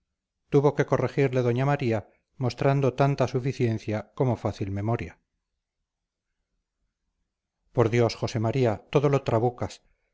tuvo que corregirle doña maría mostrando tanta suficiencia como fácil memoria por dios josé maría todo lo trabucas el